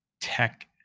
tech